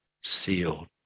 sealed